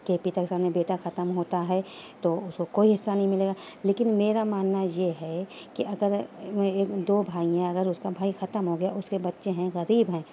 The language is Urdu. کہ پتا کے سامنے بیٹا ختم ہوتا ہے تو اس کو کوئی حصہ نہیں ملے گا لیکن میرا ماننا یہ ہے کہ اگر دو بھائی ہیں اگر اس کا بھائی ختم ہو گیا اس کے بچے ہیں غریب ہیں